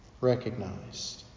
recognized